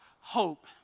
hope